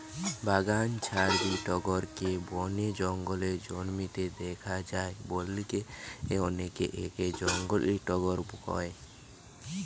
বাগান ছাড়াবি টগরকে বনে জঙ্গলে জন্মিতে দেখা যায় বলিকি অনেকে একে জংলী টগর কয়